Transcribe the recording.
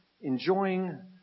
enjoying